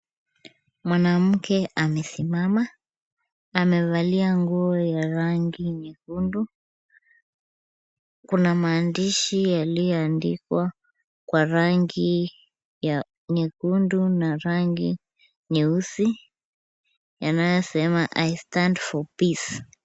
Mwanamke amesimama. Amevalia nguo ya rangi nyekundu. Kuna maandishi yaliyoandikwa kwa rangi ya nyekundu na rangi nyeusi, yanayosema i stand for peace .